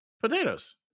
Potatoes